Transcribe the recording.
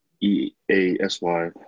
E-A-S-Y